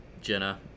Jenna